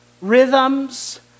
Rhythms